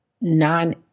non